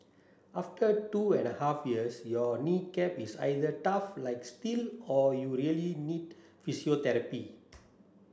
after two and a half years your knee cap is either tough like steel or you really need physiotherapy